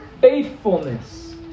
faithfulness